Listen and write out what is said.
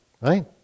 right